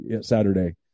Saturday